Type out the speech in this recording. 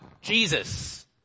Jesus